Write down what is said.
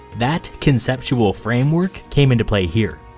that conceptual framework came into play here.